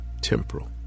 temporal